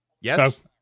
Yes